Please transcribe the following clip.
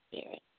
Spirit